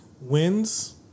wins